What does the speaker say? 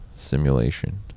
simulation